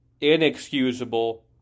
inexcusable